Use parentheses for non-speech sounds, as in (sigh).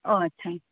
(unintelligible)